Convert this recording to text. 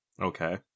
Okay